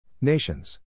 Nations